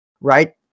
right